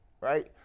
right